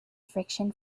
friction